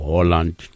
Holland